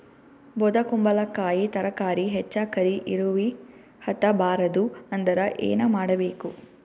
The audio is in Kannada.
ಬೊದಕುಂಬಲಕಾಯಿ ತರಕಾರಿ ಹೆಚ್ಚ ಕರಿ ಇರವಿಹತ ಬಾರದು ಅಂದರ ಏನ ಮಾಡಬೇಕು?